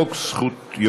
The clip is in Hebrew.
ברשותכם,